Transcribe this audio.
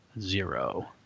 zero